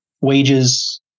wages